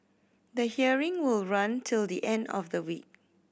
the hearing will run till the end of the week